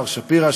מר שפירא,